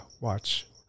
watch